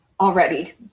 already